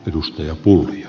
arvoisa puhemies